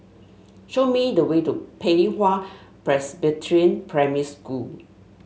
show me the way to Pei Hwa Presbyterian Primary School